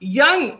Young